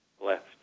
left